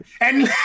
And-